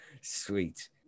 Sweet